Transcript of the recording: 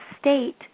state